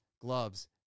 gloves